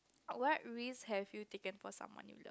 what risk have you taken for someone you